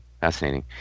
Fascinating